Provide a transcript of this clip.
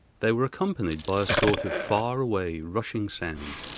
they were accompanied by a sort of far-away rushing sound,